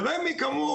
ו-רמ"י כאמור,